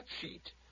sheet